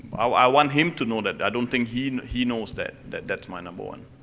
ah i want him to know that, i don't think he he knows that, that that's my number one.